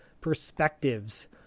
perspectives